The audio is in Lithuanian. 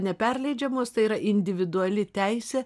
neperleidžiamos tai yra individuali teisė